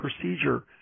procedure